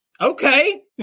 Okay